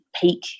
peak